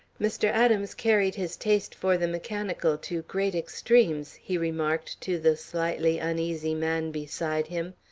mr. adams carried his taste for the mechanical to great extremes, he remarked to the slightly uneasy man beside him.